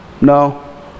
No